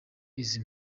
izi